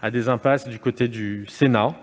à des impasses, ici, au Sénat.